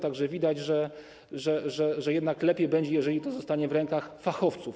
Tak że widać, że jednak lepiej będzie, jeżeli to zostanie w rękach fachowców.